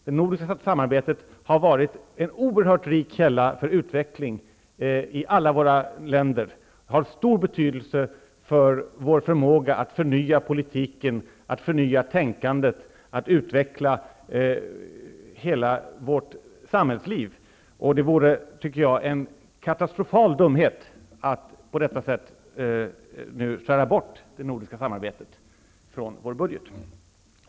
Det nordiska samarbetet har varit en oerhört rik källa för utveckling i alla våra länder och har stor betydelse för vår förmåga att förnya politiken, att förnya tänkandet, att utveckla hela vårt samhällsliv. Det vore, tycker jag, en katastrofal dumhet att nu skära bort det nordiska samarbetet från vår budget.